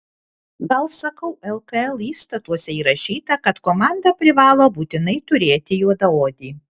gal sakau lkl įstatuose įrašyta kad komanda privalo būtinai turėti juodaodį